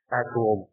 actual